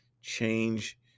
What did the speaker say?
change